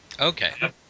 Okay